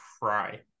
cry